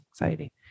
anxiety